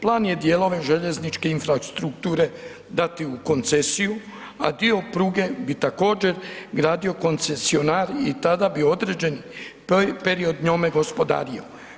Plan je dijelove željezničke infrastrukture, dati u koncesiju, a dio pruge bi također gradio koncesionar i tada bi određen period njome gospodario.